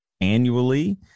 annually